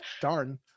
Darn